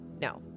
No